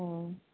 অ